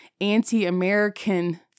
anti-American